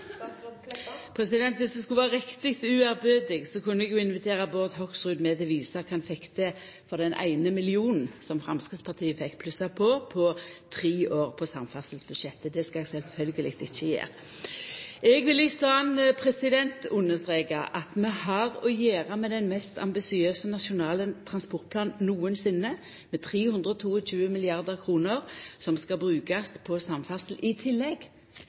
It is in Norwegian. skulle vera uærbødig, kunne eg jo invitera Bård Hoksrud med til å visa kva han fekk til for den eine millionen som Framstegspartiet fekk plussa på på tre år på samferdselsbudsjettet. Det skal eg sjølvsagt ikkje gjera. Eg vil i staden understreka at vi har å gjera med den mest ambisiøse nasjonale transportplanen nokosinne, med 322 mrd. kr som skal brukast på samferdsel, i tillegg